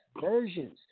versions